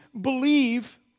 believe